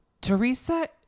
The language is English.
Teresa